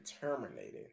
terminated